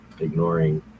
ignoring